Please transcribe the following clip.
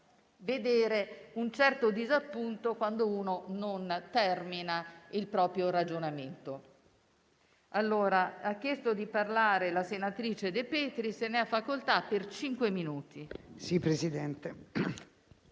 vedere un certo disappunto quando non si termina il proprio ragionamento.